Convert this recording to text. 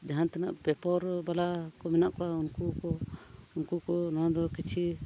ᱡᱟᱦᱟᱸ ᱛᱤᱱᱟᱹᱜ ᱯᱮᱯᱟᱨ ᱵᱟᱞᱟ ᱠᱚ ᱢᱮᱱᱟᱜ ᱠᱚᱣᱟ ᱩᱱᱠᱩ ᱠᱚ ᱩᱱᱠᱩ ᱠᱚ ᱱᱚᱣᱟ ᱫᱚ ᱠᱤᱪᱷᱤ